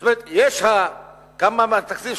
זאת אומרת, כמה התקציב?